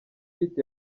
pitt